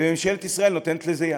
וממשלת ישראל נותנת לזה יד.